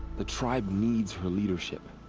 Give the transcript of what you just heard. the tribe needs her leadership.